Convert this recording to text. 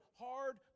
hard